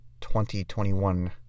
2021